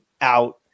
out